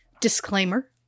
disclaimer